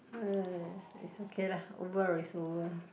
uh it's okay lah over it's over